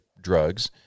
drugs